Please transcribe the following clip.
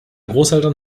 großeltern